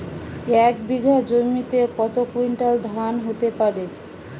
এক বিঘা জমিতে কত কুইন্টাল ধান হতে পারে?